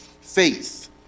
faith